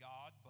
God